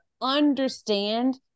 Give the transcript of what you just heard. understand